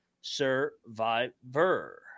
Survivor